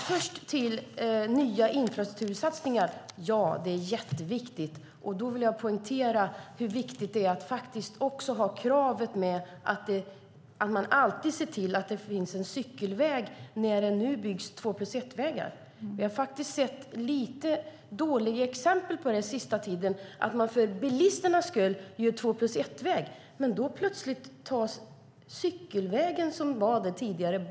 Fru talman! Det är jätteviktigt med infrastruktursatsningar. Jag vill poängtera hur viktigt det är att ha kravet att alltid se till att det finns en cykelväg när det byggs två-plus-ett-vägar. Vi har sett dåliga exempel den senaste tiden. För bilisternas skull gör man en två-plus-ett-väg, men man tar bort den cykelväg som fanns där tidigare.